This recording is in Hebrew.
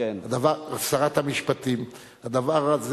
הדבר הזה